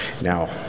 Now